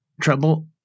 trouble